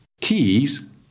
Keys